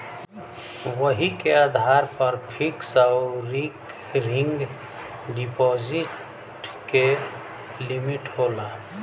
वही के आधार पर फिक्स आउर रीकरिंग डिप्सिट के लिमिट होला